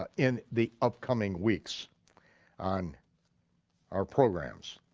ah in the upcoming weeks on our programs.